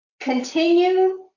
Continue